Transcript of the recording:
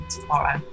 tomorrow